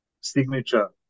signature